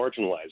marginalized